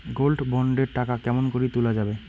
Gold bond এর টাকা কেমন করি তুলা যাবে?